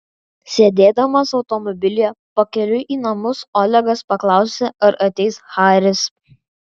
sėdėdamas automobilyje pakeliui į namus olegas paklausė ar ateis haris